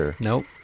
Nope